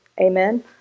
Amen